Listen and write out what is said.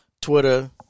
Twitter